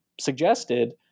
suggested